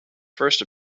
first